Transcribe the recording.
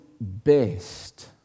best